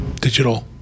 Digital